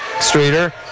Streeter